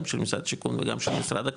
גם של משרד השיכון וגם של משרד הקליטה